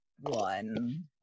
one